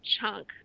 chunk